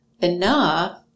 enough